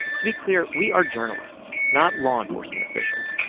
to be clear, we are journalists, not law enforcement officials.